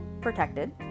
protected